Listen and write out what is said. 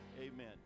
Amen